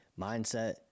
mindset